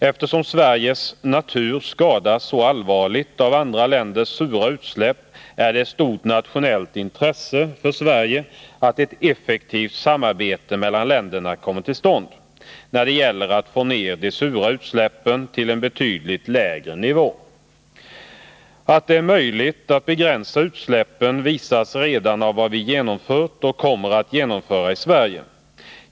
Eftersom Sveriges natur skadas så allvarligt av andra länders sura utsläpp är det av stort nationellt intresse för Sverige att ett effektivt samarbete mellan länderna kommer till stånd när det gäller att få ner de sura utsläppen till en betydligt lägre nivå. Att det är möjligt att begränsa utsläppen visas redan av vad vi genomfört och kommer att genomföra i Sverige.